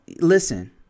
Listen